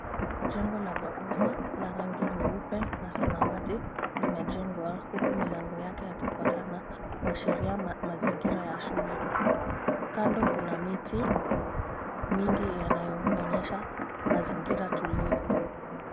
Jengo la gorofa la rangi nyeupe na samawati limejengwa huku milango yake yakifuatana kuashiria mazingira ya shule kando kuna miti mingi yanayo onyesha mazingira tulivu,